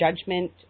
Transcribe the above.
judgment